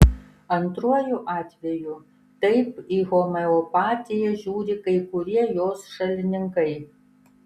antruoju atveju taip į homeopatiją žiūri kai kurie jos šalininkai